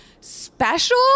special